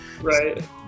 right